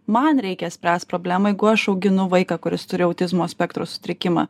man reikia spręst problemą jeigu aš auginu vaiką kuris turi autizmo spektro sutrikimą